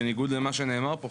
בניגוד למה שנאמר פה,